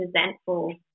resentful